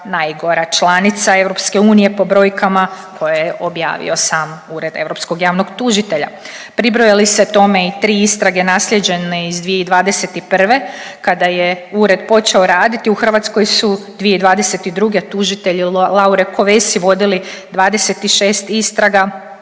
najgora članica EU po brojkama koje je objavio sam Ured europskog javnog tužitelja. Pribroje li se tome i tri istrage naslijeđene iz 2021. kada je ured počeo raditi u Hrvatskoj su 2022. tužitelji Laure Kovesi vodili 26 istraga,